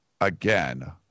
again